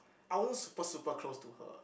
I weren't super super close to her